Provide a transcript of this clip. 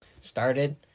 started